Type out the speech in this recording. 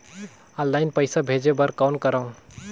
Online पईसा भेजे बर कौन करव?